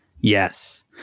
Yes